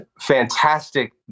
fantastic